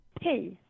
Hey